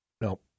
No